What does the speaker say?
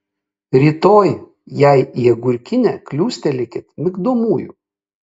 rytoj jai į agurkinę kliūstelėkit migdomųjų